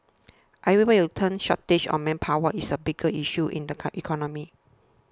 everywhere turn shortage of manpower is a big issue in the economy